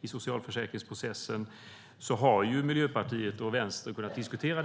i socialförsäkringsprocessen är något som Miljöpartiet och Vänsterpartiet har kunnat diskutera.